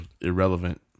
irrelevant